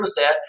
thermostat